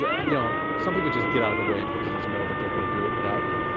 ah yeah some people just get out of the way because you just know that they're gonna do it without you.